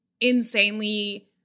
insanely